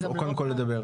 או קודם כל לדבר.